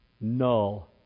Null